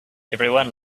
everyone